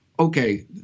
okay